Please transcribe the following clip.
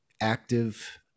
active